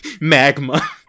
magma